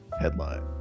headline